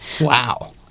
Wow